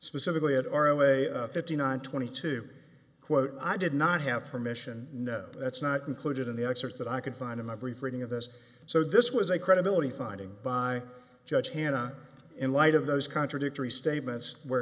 specifically it r o a fifty nine twenty two quote i did not have permission no that's not included in the excerpts that i can find in my brief reading of this so this was a credibility finding by judge hanna in light of those contradictory statements where